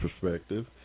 perspective